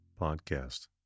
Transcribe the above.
podcast